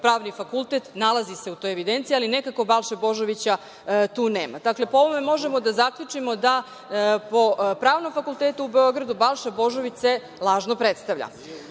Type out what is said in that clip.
Pravni fakultet nalazi se u toj evidenciji, ali nekako Balša Božovića tu nema. Dakle, po ovome možemo da zaključimo da po Pravnom fakultetu u Beogradu Balša Božović se lažno predstavlja. Verujte